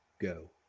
Go